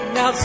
Now